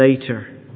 Later